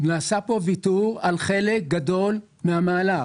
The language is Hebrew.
נעשה כאן ויתור על חלק גדול מהמהלך,